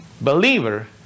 believer